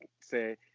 say